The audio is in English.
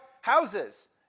houses